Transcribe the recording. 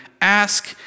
Ask